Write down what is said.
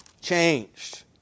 changed